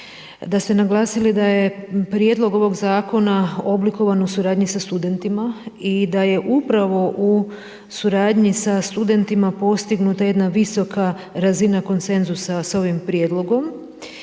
da ste naglasili da je prijedlog ovog zakona oblikovan u suradnji sa studentima i da je upravo u suradnji sa studentima postignuta jedna visoka razina konsenzusa sa ovim prijedlogom